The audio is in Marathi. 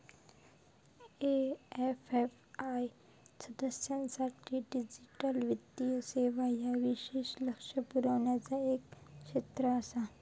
ए.एफ.आय सदस्यांसाठी डिजिटल वित्तीय सेवा ह्या विशेष लक्ष पुरवचा एक क्षेत्र आसा